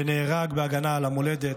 ונהרג בהגנה על המולדת.